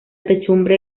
techumbre